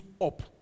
up